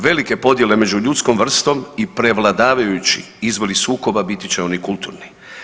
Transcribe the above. Velike podjele među ljudskom vrstom i prevladavajući izvori sukoba biti će oni kulturni.